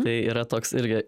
tai yra toks irgi